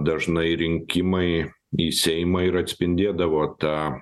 dažnai rinkimai į seimą ir atspindėdavo tą